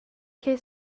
che